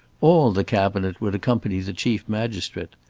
all the cabinet would accompany the chief magistrate.